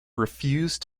refused